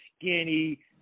skinny